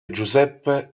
giuseppe